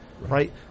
right